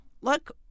look